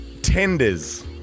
Tenders